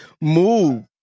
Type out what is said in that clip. move